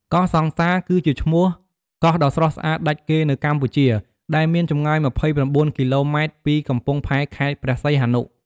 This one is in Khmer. កោះសង្សារ គឺជាឈ្មោះកោះដ៏ស្រស់ស្អាតដាច់គេនៅកម្ពុជា ដែលមានចម្ងាយ ២៩ គីឡូម៉ែត្រពីកំពង់ផែខេត្តព្រះសីហនុ។